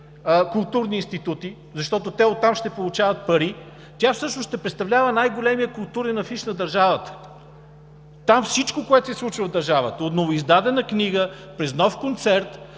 са регистрирани, защото те оттам ще получават пари, тя всъщност ще представлява най-големия културен афиш на държавата. Там всичко, което се случва в държавата – от новоиздадена книга през нов концерт,